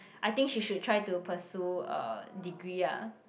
I think she should try to pursue a degree ah